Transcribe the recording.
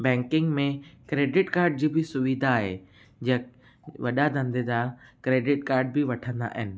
banking में credit card जी बि सुविधा आहे जीअं वॾा धंधे जा क्रेडिट कार्ड बि वठंदा आहिनि